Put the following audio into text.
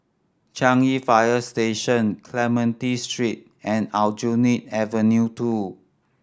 Changi Fire Station Clementi Street and Aljunied Avenue Two